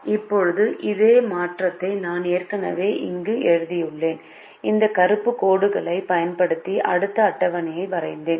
இப்போது அதே மாற்றத்தை நான் ஏற்கனவே இங்கே எழுதியுள்ளேன் இந்த கருப்பு கோடுகளைப் பயன்படுத்தி அடுத்த அட்டவணையை வரைந்தேன்